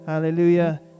Hallelujah